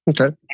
Okay